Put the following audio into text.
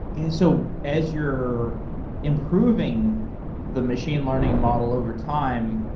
and so as you're improving the machine learning model overtime,